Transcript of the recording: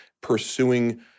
pursuing